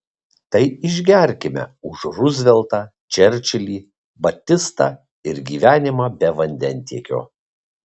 tai išgerkime už ruzveltą čerčilį batistą ir gyvenimą be vandentiekio